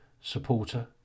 supporter